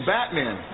Batman